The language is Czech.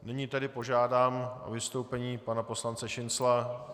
Nyní tedy požádám o vystoupení pana poslance Šincla.